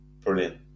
Brilliant